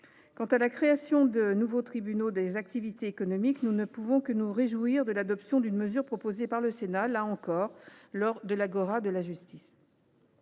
Quant à la création des nouveaux tribunaux des activités économiques, nous ne pouvons que nous réjouir de l’adoption d’une mesure proposée par le Sénat là encore lors de l’Agora de la justice.